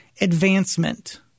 advancement